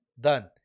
done